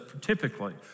typically